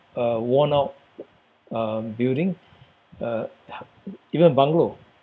uh worn-out um building uh even bungalow